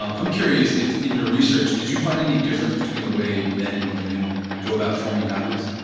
i'm curious if in your research did you find any difference between the way men and women go about forming habits?